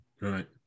Right